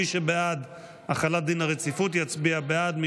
מי שבעד החלת דין הרציפות יצביע בעד,